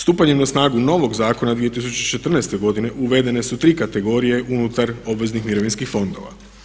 Stupanjem na snagu novog zakona 2014. godine uvedene su tri kategorije unutar obveznih mirovinskih fondova.